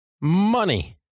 money